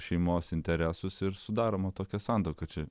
šeimos interesus ir sudaroma tokia santuoka čia